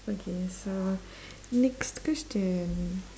okay so next question